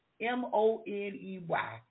M-O-N-E-Y